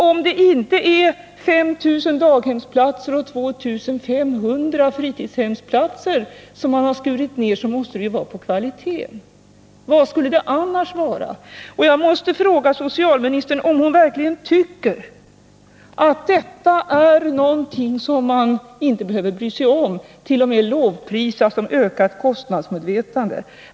Om det inte är 5 000 daghemsplatser och 2 500 fritidshemsplatser som man har skurit ned, så måste det vara kvaliteten man har dragit ned på. Vad skulle det annars vara? Jag måste fråga socialministern om hon verkligen tycker att detta är någonting som man inte behöver bry sig om, t.o.m. något man kan lovprisa som ökat kostnadsmedvetande?